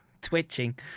twitching